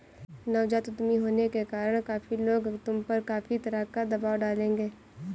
नवजात उद्यमी होने के कारण काफी लोग तुम पर काफी तरह का दबाव डालेंगे